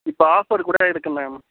இப்போ ஆஃபர்கூட இருக்கு மேம்